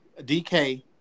DK